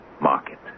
market